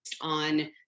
on